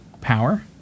power